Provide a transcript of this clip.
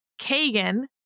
Kagan